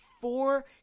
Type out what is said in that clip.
four